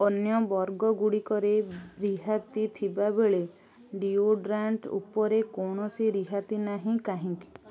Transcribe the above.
ଅନ୍ୟ ବର୍ଗ ଗୁଡ଼ିକରେ ରିହାତି ଥିବାବେଳେ ଡିଓଡ୍ରାଣ୍ଟ୍ ଉପରେ କୌଣସି ରିହାତି ନାହିଁ କାହିଁକି